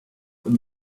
them